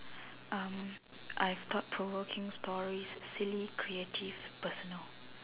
um I have thought provoking stories silly creative personal